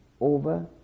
over